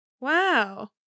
Wow